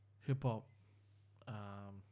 hip-hop